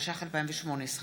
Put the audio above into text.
התשע"ח 2018,